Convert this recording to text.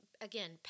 again